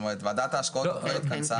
ועדת ההשקעות עדיין לא התכנסה.